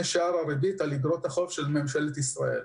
שער הריבית על איגרות החוב של ממשלת ישראל.